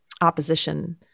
opposition